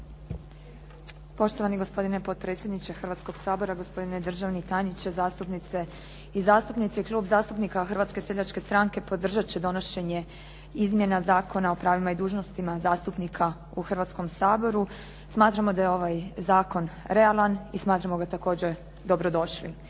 Poštovani gospodine potpredsjedniče Hrvatskog sabora, gospodine državni tajniče, zastupnice i zastupnici. Klub zastupnika Hrvatske seljačke stranke podržat će donošenje izmjena Zakona o pravima i dužnostima zastupnika u Hrvatskom saboru. Smatramo da je ovaj zakon realan i smatramo ga također dobrodošlim.